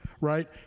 right